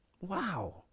Wow